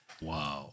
Wow